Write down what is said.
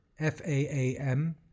FAAM